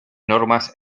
normas